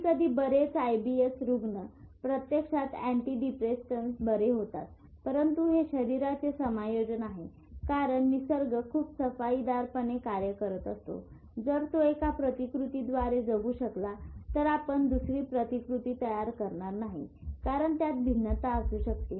कधीकधी बरेच आयबीएस रुग्ण प्रत्यक्षात अँटी डिप्रेसंट्ससह बरे होतात परंतु हे शरीराचे समायोजन आहे कारण निसर्ग खूप सफाईदार पणे कार्य करत असतो जर तो एका प्रतिकृतीद्वारे जगू शकला तर आपण दुसरी प्रतिकृती तयार करणार नाहीकारण त्यात भिन्नता असू शकते